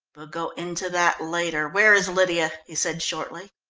we'll go into that later. where is lydia? he said shortly.